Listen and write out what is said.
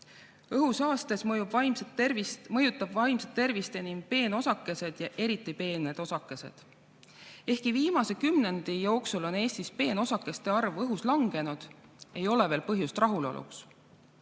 Õhusaastes mõjutavad vaimset tervist enim peenosakesed ja eriti peened osakesed. Ehkki viimase kümnendi jooksul on Eestis peenosakeste arv õhus langenud, ei ole veel põhjust rahuloluks.